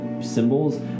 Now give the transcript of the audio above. symbols